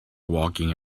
walking